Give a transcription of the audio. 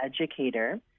educator